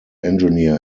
engineer